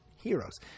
heroes